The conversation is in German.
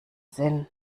sinn